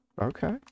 Okay